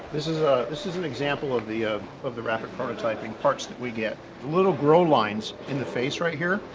this is this is an example of the ah of the rapid prototyping parts that we get. a little grow lines in the face right here?